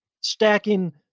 stacking